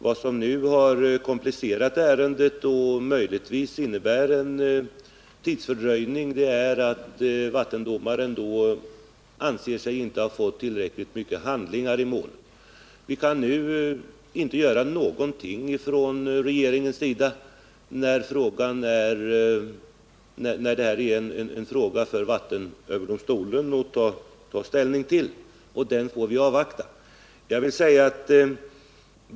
Vad som nu har komplicerat ärendet och möjligtvis innebär en fördröjning är att vattenrättsdomaren anser sig inte ha fått tillräckligt mycket handlingar i målet. Vi kan nu inte göra någonting från regeringens sida, när detta är en fråga för vattenöverdomstolen att ta ställning till. Den handläggningen får vi avvakta.